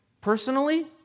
personally